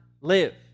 live